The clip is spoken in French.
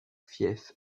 fief